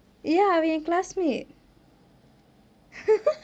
ya we classmate